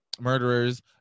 murderers